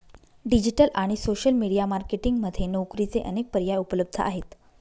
digital आणि social media marketing मध्ये नोकरीचे अनेक पर्याय उपलब्ध आहेत